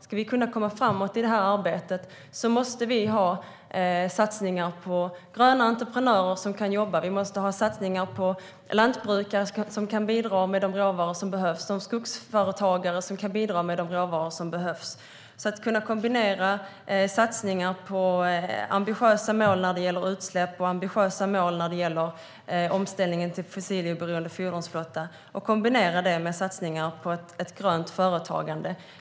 Ska vi kunna komma framåt i arbetet måste vi ha satsningar på gröna entreprenörer som kan jobba, lantbrukare som kan bidra med de råvaror som behövs och skogsföretagare som kan bidra med de råvaror som behövs. Det handlar om att kunna kombinera satsningar på ambitiösa mål för utsläpp och omställningen till fossiloberoende fordonsflotta med satsningar på ett grönt företagande.